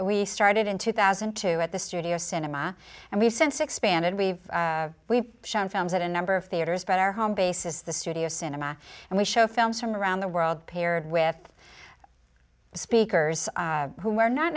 we started in two thousand and two at the studio cinema and we've since expanded we've we've shown films at a number of theaters but our home base is the studio cinema and we show films from around the world paired with speakers who are not